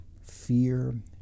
Fear